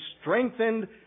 strengthened